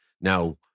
Now